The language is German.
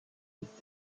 des